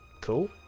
Cool